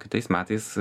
kitais metais